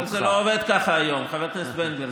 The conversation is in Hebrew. אבל זה לא עובד כך היום, חבר הכנסת בן גביר.